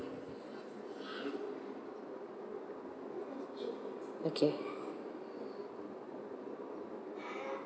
okay